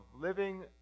living